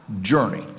journey